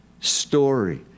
story